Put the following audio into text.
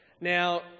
Now